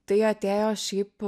tai atėjo šiaip